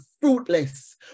fruitless